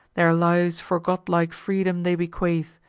their lives for godlike freedom they bequeath,